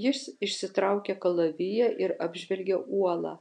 jis išsitraukė kalaviją ir apžvelgė uolą